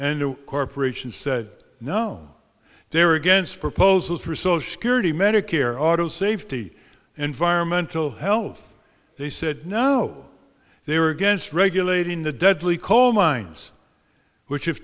and corporations said none they were against proposals for social security medicare auto safety environmental health they said no they were against regulating the deadly coal mines which